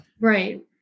Right